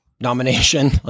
nomination